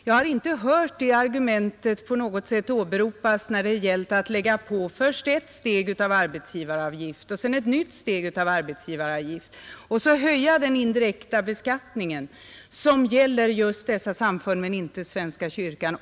Jag har inte hört det argumentet på något sätt åberopas när det gäller att lägga på dem först ett steg av arbetsgivaravgift, sedan ett nytt steg av arbetsgivaravgift och så en höjd indirekt beskattning — pålagor som gäller just dessa samfund men inte svenska kyrkan.